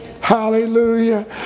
Hallelujah